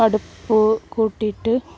അടുപ്പ് കൂട്ടിയിട്ട്